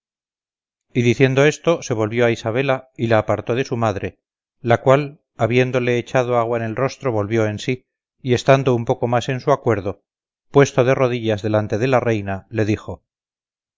y diciendo esto se volvió a isabela y la apartó de su madre la cual habiéndole echado agua en el rostro volvió en sí y estando un poco más en su acuerdo puesto de rodillas delante de la reina le dijo